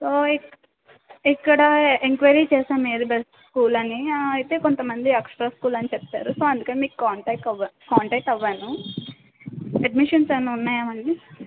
so ఇక్ ఇక్కడా enquiry చేసాము ఏది బెస్ట్ స్కూల్ అని అయితే కొంత మంది అక్షర స్కూల్ అని చెప్పారు సో అందుకని మీకు కాంటాక్ అవ్వ కాంటాక్ట్ అవ్వాను అడ్మిషన్స్ ఏవైనా ఉన్నాయా మళ్ళీ